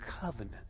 Covenant